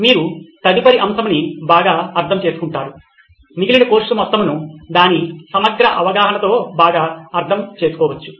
మీరు తదుపరి అంశంని బాగా అర్థం చేసుకుంటారు మిగిలిన కోర్సు మొత్తంను దాని సమగ్ర అవగాహనతో బాగా అర్థం చేసుకోవచ్చు